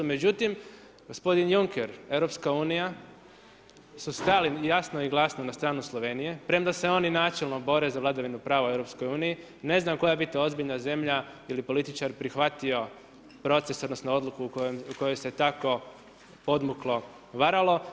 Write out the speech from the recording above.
Međutim, gospodin Juncker, Europska unija, su stali jasno i glasno na stranu Slovenije, premda se oni načelno bore za vladavinu prava u EU, ne znaju koja bi to ozbiljna zemlja ili političar prihvatio proces, odnosno odluku u kojoj se tako podmuklo varalo.